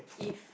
if